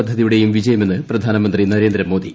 പദ്ധതിയുടെയും വിജയമെന്ന് പ്രധ്യാന്നമന്ത്രി Narendra Modi